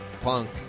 punk